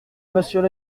monsieur